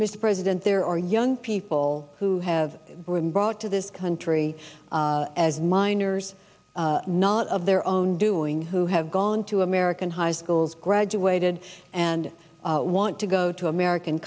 mr president there are young people who have been brought to this country as minors not of their own doing who have gone to american high schools graduated and want to go to american